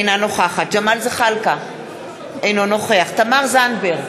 אינה נוכחת ג'מאל זחאלקה, אינו נוכח תמר זנדברג,